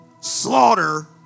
slaughter